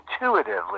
intuitively